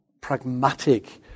pragmatic